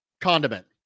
condiment